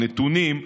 נתונים,